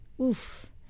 Oof